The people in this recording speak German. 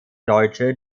deutsche